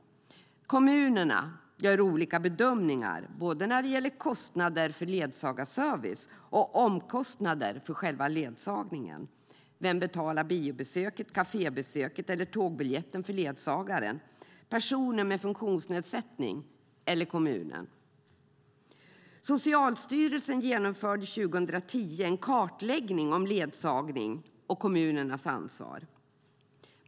Kommunerna gör olika bedömningar när det gäller både kostnader för ledsagarservice och omkostnader för själva ledsagningen. Vem betalar biobesöket, kafébesöket eller tågbiljetten för ledsagaren - personen med funktionsnedsättning eller kommunen? Socialstyrelsen genomförde 2010 en kartläggning av ledsagning och kommunernas ansvar.